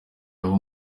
aho